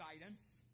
guidance